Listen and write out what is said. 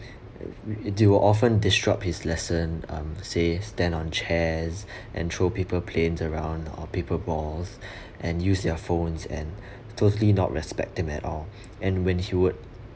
we do often disrupt his lesson um say stand on chairs and throw paper planes around or paper balls and use their phones and totally not respect him at all and when he would